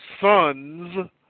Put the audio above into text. sons